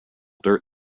dirt